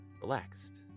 relaxed